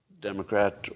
Democrat